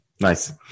Nice